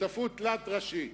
שותפות תלת-ראשית,